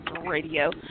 Radio